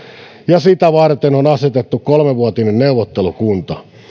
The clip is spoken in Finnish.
ja sitä varten on asetettu kolmevuotinen neuvottelukunta